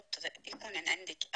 לא נמתין לכם,